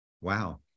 wow